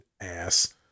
ass